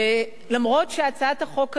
אף-על-פי שהצעת החוק הזאת,